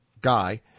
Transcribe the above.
guy